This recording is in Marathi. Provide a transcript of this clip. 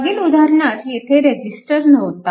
मागील उदाहरणात येथे रेजिस्टर नव्हता